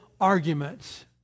arguments